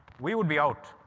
we would be out.